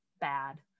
bad